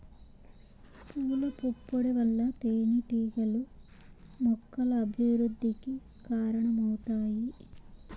పూల పుప్పొడి వల్ల తేనెటీగలు మొక్కల అభివృద్ధికి కారణమవుతాయి